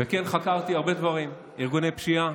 וכן, חקרתי הרבה דברים, ארגוני פשיעה,